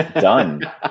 done